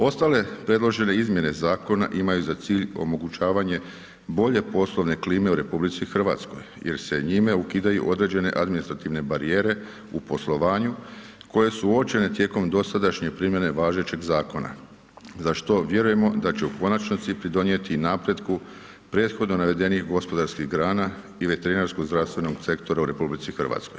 Ostale predložene izmjene zakona imaju za cilj omogućavanje bolje poslovne klime u RH jer se njime ukidaju određene administrativne barijere u poslovanju, koje su uočene tijekom dosadašnje primjene važećeg zakona, za što vjerujemo da će u konačnici pridonijeti i napretku prethodno navedenih gospodarskih grana i veterinarsko-zdravstvenom sektoru u RH.